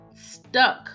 stuck